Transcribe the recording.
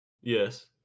Yes